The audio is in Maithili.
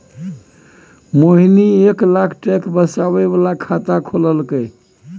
मोहिनी एक लाख टैक्स बचाबै बला खाता खोललकै